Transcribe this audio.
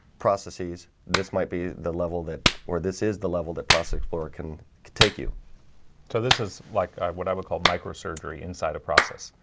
processes this might be the love that or this is the level that process laura can take you so this is like what i would call microsurgery inside a process.